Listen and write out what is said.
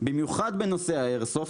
במיוחד בנושאי האיירסופט,